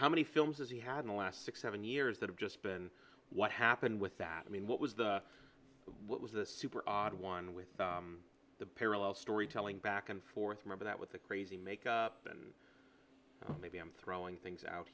how many films as he had in the last six seven years that have just been what happened with that i mean what was the what was the super odd one with the parallel storytelling back and forth remember that with the crazy make up and maybe i'm throwing things out